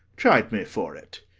chide me for it.